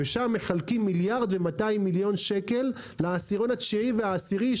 ושם מחלקם 1.2 מיליארד שקל לעשירון התשיעי והעשירי,